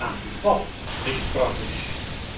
aan buat riep mevrouw musch